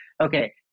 okay